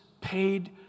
paid